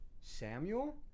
Samuel